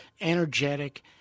energetic